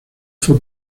fue